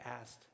asked